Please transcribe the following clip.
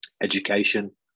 Education